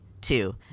Two